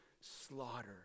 slaughter